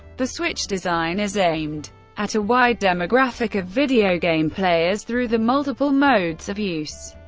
the switch's design is aimed at a wide demographic of video game players through the multiple modes of use.